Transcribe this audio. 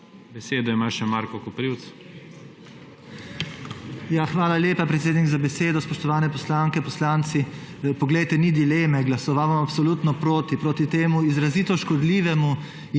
Besedo ima mag. Marko Koprivc.